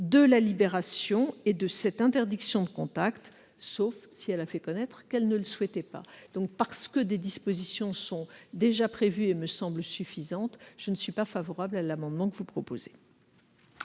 de la libération et de cette interdiction de contact, sauf si elle a fait connaître qu'elle ne le souhaitait pas. Parce que des dispositions sont déjà prévues et me semblent suffisantes, je ne suis pas favorable à l'amendement que vous proposez,